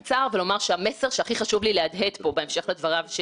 כדי לוודא שההמלצות הללו לא ימוסמסו ושהם